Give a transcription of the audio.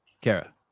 Kara